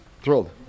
thrilled